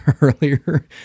earlier